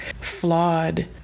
flawed